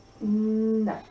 No